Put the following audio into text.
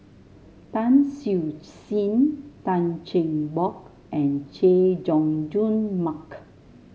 Tan Siew Sin Tan Cheng Bock and Chay Jung Jun Mark